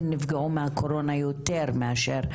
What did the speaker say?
הן נפגעו מהקורונה יותר מאשר כל אחד.